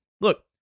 Look